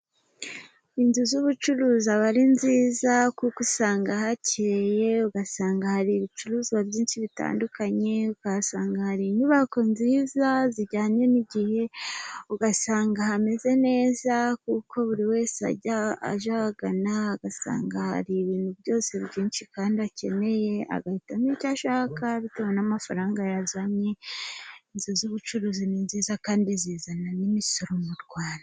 Inzu z'ubucuruzi aba ari nziza kuko usanga hakeye, ugasanga hari ibicuruzwa byinshi bitandukanye , ukahasanga hari inyubako nziza zijyanye n'igihe ugasanga hameze neza kuko buri wese ajya ahagana agasanga hari ibintu byose, byinshi kandi akeneye agahitamo icyo ashaka bitewe n'amafaranga yazanye. Inzu z'ubucuruzi ni nziza kandi zizana n'imisoro mu Rwanda.